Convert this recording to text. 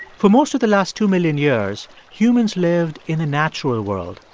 for most of the last two million years, humans lived in a natural world,